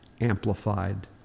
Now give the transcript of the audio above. amplified